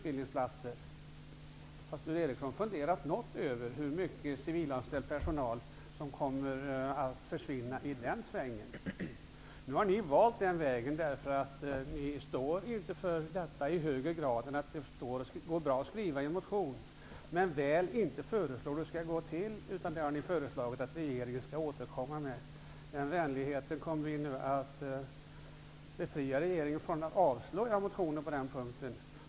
Har Sture Ericson funderat något över hur mycket civilanställd personal som kommer att försvinna i den svängen? Nu har ni kunnat välja denna väg, eftersom ni inte står för era förslag mer än att det går bra att väcka en motion. Men ni kan inte föreslå hur det skall gå till, utan ni vill att regeringen skall återkomma med förslag. Den vänligheten kommer vi i majoriteten att befria regeringen från genom att avslå motionen på den punkten.